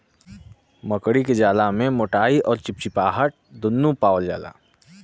मकड़ी क जाला में मोटाई अउर चिपचिपाहट दुन्नु पावल जाला